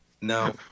No